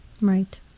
Right